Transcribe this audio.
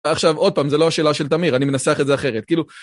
עכשיו, עוד פעם, זו לא השאלה של תמיר, אני מנסח את זה אחרת, כאילו ...